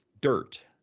dirt